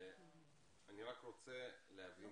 לפני